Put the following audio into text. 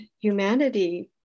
humanity